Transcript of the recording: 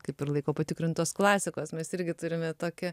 kaip ir laiko patikrintos klasikos mes irgi turime tokį